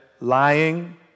lying